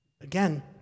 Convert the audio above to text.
Again